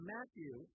Matthew